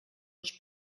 els